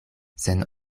sen